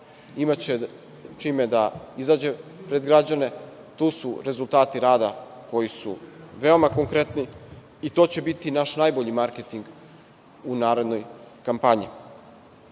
imaće čime da izađe pred građane. Tu su rezultati rada koji su veoma konkretni i to će biti naš najbolji marketing u narednoj kampanji. Podsetiću